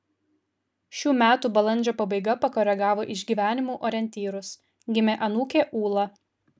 šių metų balandžio pabaiga pakoregavo išgyvenimų orientyrus gimė anūkė ūla